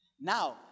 Now